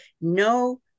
No